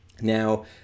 Now